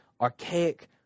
archaic